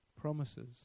promises